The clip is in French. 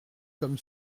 comme